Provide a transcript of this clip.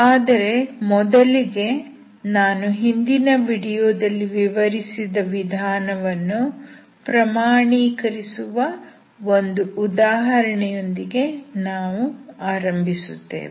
ಆದರೆ ಮೊದಲಿಗೆ ನಾನು ಹಿಂದಿನ ವಿಡಿಯೋದಲ್ಲಿ ವಿವರಿಸಿದ ವಿಧಾನವನ್ನು ಪ್ರಮಾಣೀಕರಿಸುವ ಒಂದು ಉದಾಹರಣೆಯೊಂದಿಗೆ ನಾವು ಆರಂಭಿಸುತ್ತೇವೆ